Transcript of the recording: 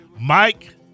Mike